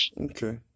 Okay